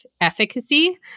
efficacy